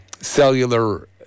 cellular